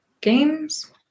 games